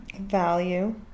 value